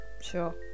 Sure